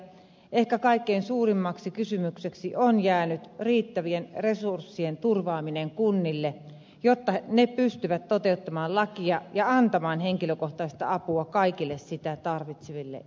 ehkä kaikkein suurimmaksi kysymykseksi on jäänyt riittävien resurssien turvaaminen kunnille jotta ne pystyvät toteuttamaan lakia ja antamaan henkilökohtaista apua kaikille sitä tarvitseville ihmisille